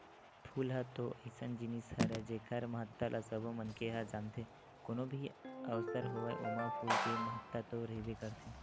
फूल ह तो अइसन जिनिस हरय जेखर महत्ता ल सबो मनखे ह जानथे, कोनो भी अवसर होवय ओमा फूल के महत्ता तो रहिबे करथे